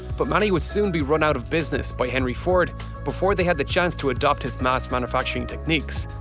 but many would soon be run out of business by henry ford before they had the chance to adopt his mass manufacturing techniques.